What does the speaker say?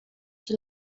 she